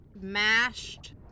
mashed